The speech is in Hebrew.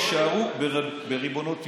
יישארו בריבונות יהודית.